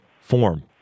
form